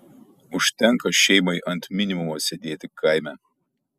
užtenka šeimai ant minimumo sėdėti kaime